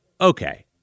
Okay